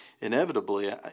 inevitably